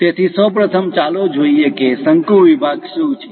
તેથી સૌ પ્રથમ ચાલો જોઈએ કે શંકુ વિભાગ શું છે